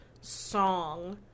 song